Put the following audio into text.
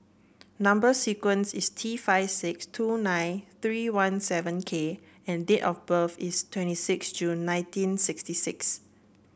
number sequence is T five six two nine three one seven K and date of birth is twenty six June nineteen sixty six